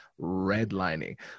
redlining